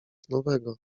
nowego